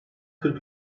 kırk